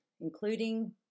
Including